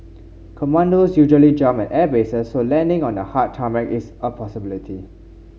commandos usually jump at airbases so landing on the hard tarmac is a possibility